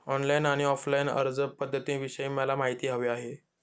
online आणि offline अर्जपध्दतींविषयी मला माहिती हवी आहे